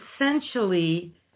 essentially